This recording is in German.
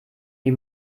die